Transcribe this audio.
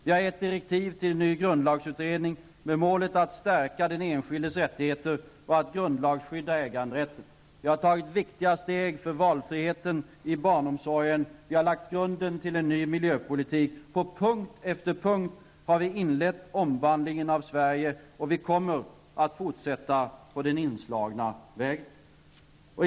Vi har gett direktiv till en ny grundlagsutredning med målet att stärka den enskildes rättigheter och att grundlagsskydda äganderätten. Vi har tagit viktiga steg för valfriheten i barnomsorgen. Vi har lagt grunden till en ny miljöpolitik. På punkt efter punkt har vi inlett omvandlingen av Sverige. Vi kommer att fortsätta på den inslagna vägen.